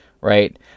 right